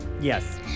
Yes